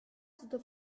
sotto